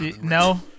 no